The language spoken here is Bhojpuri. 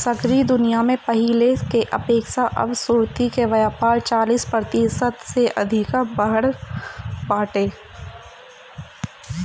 सगरी दुनिया में पहिले के अपेक्षा अब सुर्ती के व्यापार चालीस प्रतिशत से अधिका बढ़ल बाटे